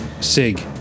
Sig